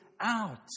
out